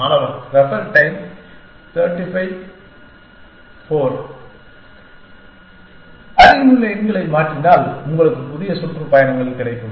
மாணவர் Refer Time 3504 அருகிலுள்ள எண்களை மாற்றினால் உங்களுக்கு புதிய சுற்றுப்பயணங்கள் கிடைக்கும்